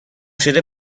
شده